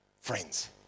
friends